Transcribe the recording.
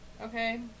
Okay